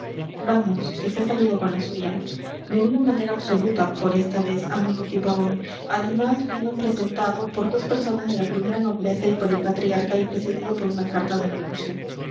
vamos que se ha salido con la suya de una manera absoluta por esta vez amigo pipaón además vino presentado por dos personas de la primera nobleza y por el patriarca y precedido por una carta del nuncio